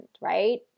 right